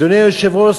אדוני היושב-ראש,